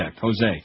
Jose